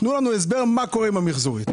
מה קורה עם זה?